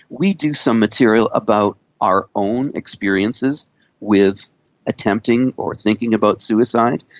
we do some material about our own experiences with attempting or thinking about suicide,